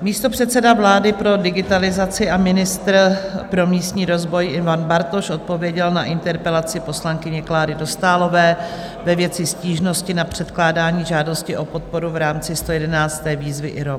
Místopředseda vlády pro digitalizaci a ministr pro místní rozvoj Ivan Bartoš odpověděl na interpelaci poslankyně Kláry Dostálové ve věci stížnosti na předkládání žádosti o podporu v rámci 111. výzvy IROP.